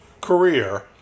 career